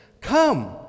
Come